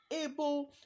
able